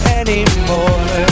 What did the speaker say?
anymore